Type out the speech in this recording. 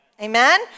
Amen